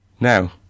now